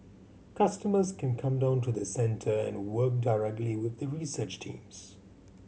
customers can come down to the centre and work directly with the research teams